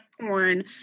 porn